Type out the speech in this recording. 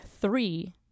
three